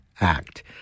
Act